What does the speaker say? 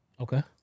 Okay